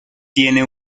tiene